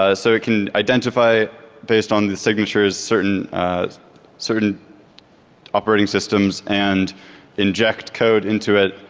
ah so it can identify based on the signatures certain certain operating systems and inject code into it